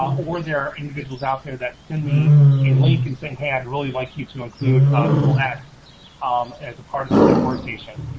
or there are individuals out there that send me a link and saying, hey i'd really like you to include tool x as a part of sift workstation.